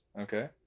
okay